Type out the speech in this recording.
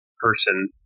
person